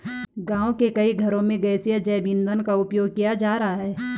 गाँव के कई घरों में गैसीय जैव ईंधन का उपयोग किया जा रहा है